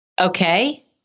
okay